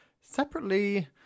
separately